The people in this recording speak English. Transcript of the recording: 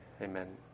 Amen